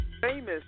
famous